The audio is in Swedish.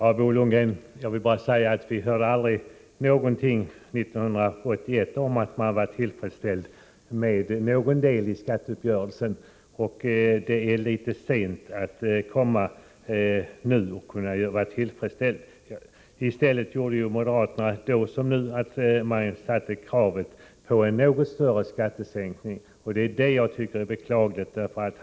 Fru talman! 1981, Bo Lundgren, hörde vi aldrig någonting om att man var tillfredsställd med någon del av skatteuppgörelsen. Det är litet sent att komma nu. Då som nu hade moderaterna krav på en något större skattesänkning. Detta tycker jag är beklagligt.